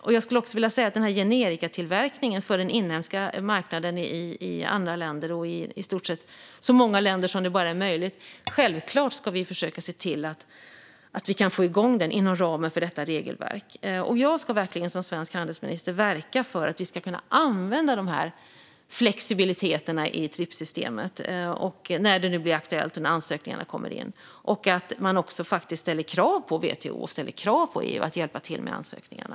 När det gäller generikatillverkningen för den inhemska marknaden i andra länder, och i så många länder som det bara är möjligt, är det självklart att vi ska försöka se till att få igång den inom ramen för detta regelverk. Jag ska verkligen som svensk handelsminister verka för att vi ska kunna använda flexibiliteterna i Tripssystemet när det blir aktuellt och när ansökningarna kommer in. Man ska också ställa krav på WTO och på EU att hjälpa till med ansökningarna.